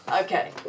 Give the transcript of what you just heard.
okay